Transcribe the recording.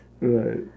right